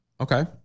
Okay